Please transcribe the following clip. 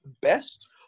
best